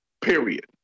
period